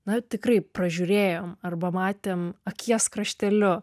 na tikrai pražiūrėjom arba matėm akies krašteliu